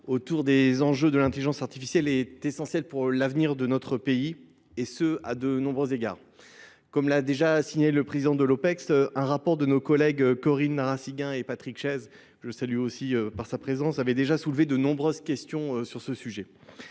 autour des enjeux de l'intelligence artificielle est essentiel pour l'avenir de notre pays, et ce à de nombreux égards. Comme l'a déjà signé le Président de l'Opex, un rapport de nos collègues Corinne Narasiguin et Patrick Chaise, je salue aussi par sa présence, avait déjà soulevé de nombreuses questions sur ce sujet.